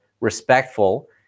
respectful